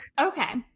Okay